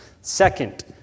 Second